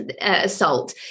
Assault